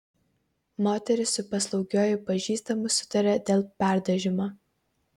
moteris su paslaugiuoju pažįstamu sutarė dėl perdažymo